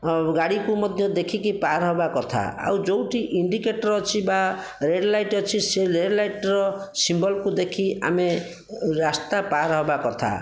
ଗାଡ଼ିକୁ ମଧ୍ୟ ଦେଖିକି ପାର ହେବା କଥା ଆଉ ଯେଉଁଠି ଇନ୍ଡିକେଟର ଅଛି ବା ରେଡ଼ ଲାଇଟ ଅଛି ସେ ରେଡ଼ ଲାଇଟର ସିମ୍ବଲକୁ ଦେଖି ଆମେ ରାସ୍ତା ପାର ହେବା କଥା